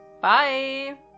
Bye